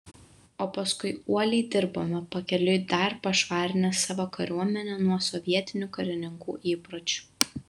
o paskui uoliai dirbome pakeliui dar pašvarinę savo kariuomenę nuo sovietinių karininkų įpročių